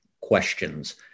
questions